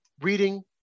reading